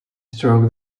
stroked